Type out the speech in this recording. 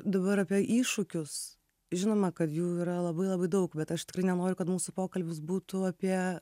dabar apie iššūkius žinoma kad jų yra labai labai daug bet aš tikrai nenoriu kad mūsų pokalbis būtų apie